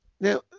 Now